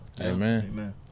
Amen